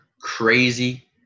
crazy